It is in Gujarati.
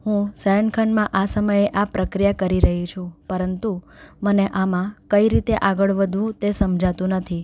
હું શયન ખંડમાં આ સમયે આ પ્રક્રિયા કરી રહી છું પરંતુ મને આમાં કઈ રીતે આગળ વધવું તે સમજાતું નથી